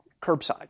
curbside